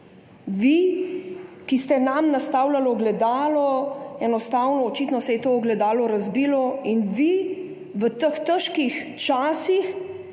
Vi, ki ste nam nastavljali ogledalo – očitno se je to ogledalo razbilo in vi v teh težkih časih